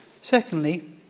Secondly